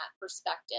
perspective